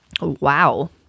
Wow